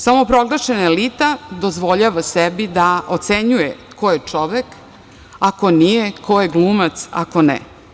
Samoproglašena elita dozvoljava sebi da ocenjuje ko je čovek, a ko nije, ko je glumac, a ko ne.